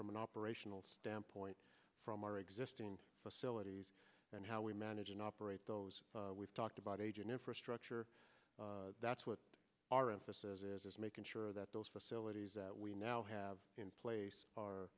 from an operational standpoint from our existing facilities and how we manage and operate those we've talked about aging infrastructure that's what our emphasis is is making sure that those facilities we now have in place are